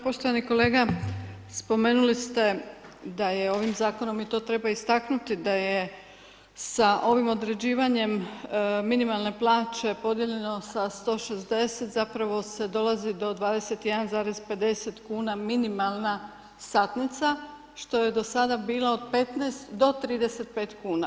Poštovani kolega, spomenuli ste da je ovim zakonom i to treba istaknuti da je sa ovim određivanjem minimalne plaće podijeljeno sa 160 zapravo se dolazi do 21,50 kn minimalna satnica, što je do sada bila od 15-35kn.